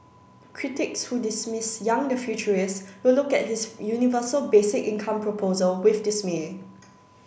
critics who dismiss Yang the futurist will look at his universal basic income proposal with dismay